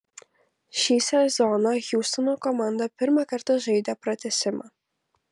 šį sezoną hjustono komanda pirmą kartą žaidė pratęsimą